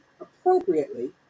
appropriately